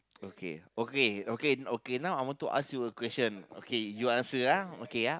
okay okay okay okay now I want to ask you a question okay you answer ah okay ah